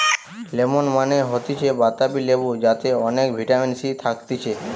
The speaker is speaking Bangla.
লেমন মানে হতিছে বাতাবি লেবু যাতে অনেক ভিটামিন সি থাকতিছে